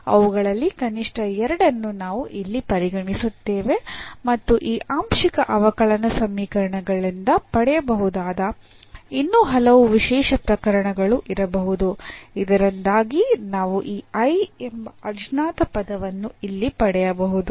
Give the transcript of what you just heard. ಅವುಗಳಲ್ಲಿ ಕನಿಷ್ಠ ಎರಡನ್ನೂ ನಾವು ಇಲ್ಲಿ ಪರಿಗಣಿಸುತ್ತೇವೆ ಮತ್ತು ಈ ಆಂಶಿಕ ಅವಕಲನ ಸಮೀಕರಣಗಳಿಂದ ಪಡೆಯಬಹುದಾದ ಇನ್ನೂ ಹಲವು ವಿಶೇಷ ಪ್ರಕರಣಗಳು ಇರಬಹುದು ಇದರಿಂದಾಗಿ ನಾವು ಈ I ಎಂಬ ಅಜ್ಞಾತ ಪದವನ್ನು ಇಲ್ಲಿ ಪಡೆಯಬಹುದು